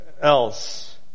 else